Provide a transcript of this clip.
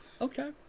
Okay